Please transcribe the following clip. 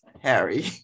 Harry